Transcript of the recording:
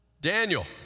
Daniel